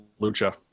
Lucha